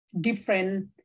different